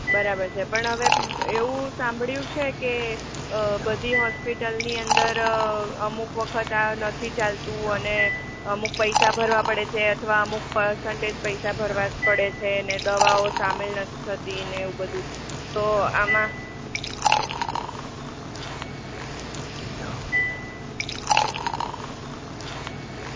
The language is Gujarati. બરાબર છે પણ હવે એવું સાંભળ્યું છે કે બધી હોસ્પિટલની અંદર અમુક વખત આ નથી ચાલતું અને અમુક પૈસા ભરવા પડે છે અથવા અમુક પર્સેંટેજ પૈસા ભરવા જ પડે છે ને દવાઓ સામેલ નથી થતી ને એવું બધું તો આમાં